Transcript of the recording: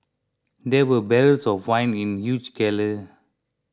there were barrels of wine in huge